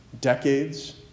decades